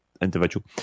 individual